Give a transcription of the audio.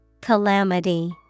Calamity